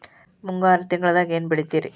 ಮುಂಗಾರು ತಿಂಗಳದಾಗ ಏನ್ ಬೆಳಿತಿರಿ?